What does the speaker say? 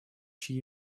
чьи